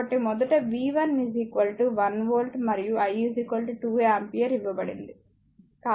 కాబట్టి మొదట V1 1 volt మరియు I 2 ఆంపియర్ ఇవ్వబడింది